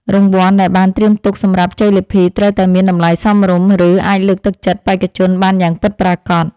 រង្វាន់ដែលបានត្រៀមទុកសម្រាប់ជ័យលាភីត្រូវតែមានតម្លៃសមរម្យ ឬ អាចលើកទឹកចិត្តបេក្ខជនបានយ៉ាងពិតប្រាកដ។